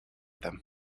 them